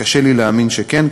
קשה לי להאמין שכן,